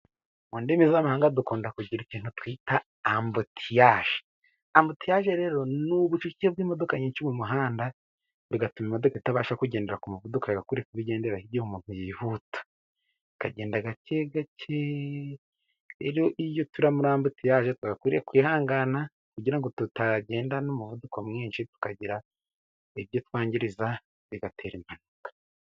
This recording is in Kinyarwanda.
Mu ndimi z'amahanga dukunda kugira ikintu twita ambutiyaje. Ambutiyaje rero ni ubucucike bw'imodoka nyinshi mu muhanda, bigatuma imodoka itabasha kugendera ku muvuduko yagakwiye kuba igenderaho iyo umuntu yihuta, akagenda gake gake. Iyo turi muri ambutiyaje twagakwiye kwihangana kugira ngo tutagenda n'umuvuduko mwinshi tukagira ibyo twangizariza bigatera impanuka.